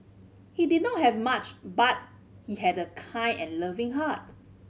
he did not have much but he had a kind and loving heart